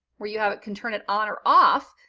where you have it can turn it on or off,